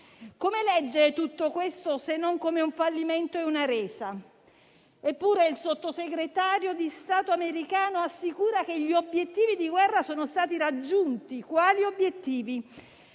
Come leggere tutto questo se non come un fallimento e una resa? Eppure, il Sottosegretario di Stato americano assicura che gli obiettivi di guerra sono stati raggiunti. Quali obiettivi?